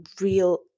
real